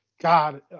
God